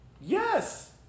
Yes